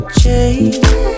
change